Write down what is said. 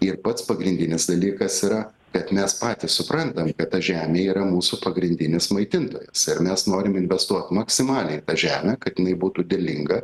ir pats pagrindinis dalykas yra kad mes patys suprantam kad ta žemė yra mūsų pagrindinis maitintojas ir mes norim investuot maksimaliai tą žemę kad jinai būtų derlinga